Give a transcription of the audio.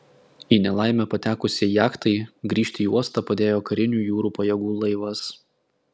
į nelaimę patekusiai jachtai grįžti į uostą padėjo karinių jūrų pajėgų laivas